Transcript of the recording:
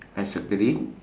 I circled it